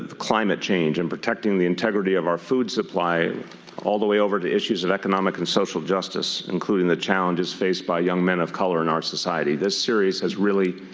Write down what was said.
climate change and protecting the integrity of our food supply, all the way over to issues of economic and social justice, including the challenges faced by young men of color in our society. this series has really